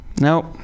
Nope